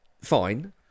fine